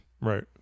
Right